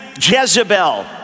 Jezebel